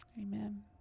amen